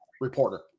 reporter